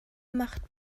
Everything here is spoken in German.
macht